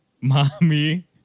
Mommy